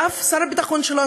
ושר הביטחון שלנו,